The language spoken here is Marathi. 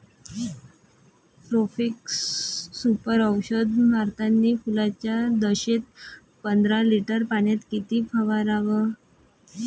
प्रोफेक्ससुपर औषध मारतानी फुलाच्या दशेत पंदरा लिटर पाण्यात किती फवाराव?